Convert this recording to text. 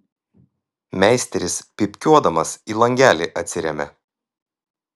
meisteris pypkiuodamas į langelį atsiremia